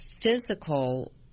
physical